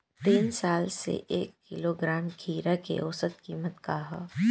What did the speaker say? तीन साल से एक किलोग्राम खीरा के औसत किमत का ह?